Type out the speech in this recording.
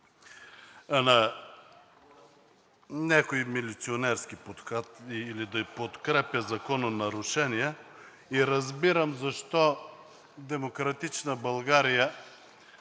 на някои милиционерски похвати или да подкрепя закононарушения и разбирам защо в „Демократична България“